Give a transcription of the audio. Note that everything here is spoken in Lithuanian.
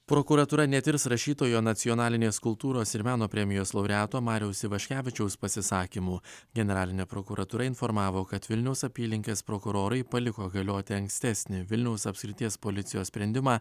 prokuratūra netirs rašytojo nacionalinės kultūros ir meno premijos laureato mariaus ivaškevičiaus pasisakymų generalinė prokuratūra informavo kad vilniaus apylinkės prokurorai paliko galioti ankstesnį vilniaus apskrities policijos sprendimą